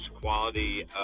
quality